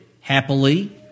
happily